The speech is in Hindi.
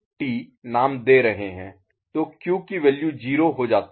तो क्यू की वैल्यू 0 हो जाती है